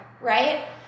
right